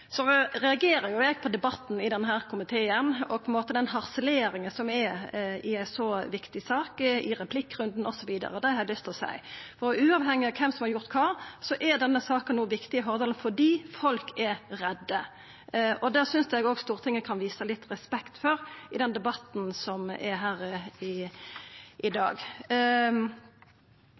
reagerer på debatten i komiteen og på den harseleringa som er i ei så viktig sak – i replikkrunden osv. – og det har eg lyst til å seia. For uavhengig av kven som har gjort kva, er denne saka viktig no i Hordaland fordi folk er redde. Det synest eg Stortinget kan visa litt respekt for i debatten her i dag. Det som statsråden svarer i